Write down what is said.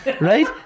right